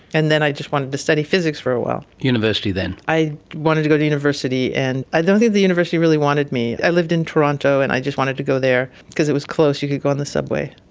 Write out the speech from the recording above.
and then i just wanted to study physics for a while. university then? i wanted to go to university, and i don't think the university really wanted me. i lived in toronto and i just wanted to go there because it was close, you could go on the subway.